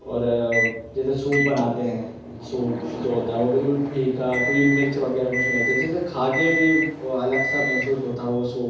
اور جیسے سوپ بناتے ہیں سوپ جو ہوتا ہے وہ بالکل پھیکا کوئی مرچ وغیرہ کچھ نہیں ہوتا جسے کھا کے بھی الگ سا محسوس ہوتا ہو وہ سوپ